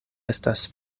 estas